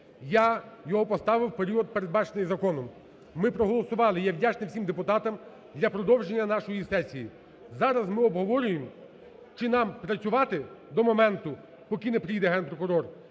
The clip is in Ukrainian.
Я його поставив в період, передбачений законом. Ми проголосували, і я вдячний всім депутатам, для продовження нашої сесії. Зараз ми обговорюємо, чи нам працювати до моменту, поки не приїде Генпрокурор,